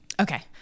Okay